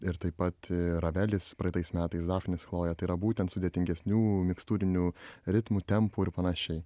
ir taip pat ravelis praeitais metais dafnis chloja tai yra būtent sudėtingesnių mikstūrinių ritmų tempų ir panašiai